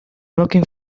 looking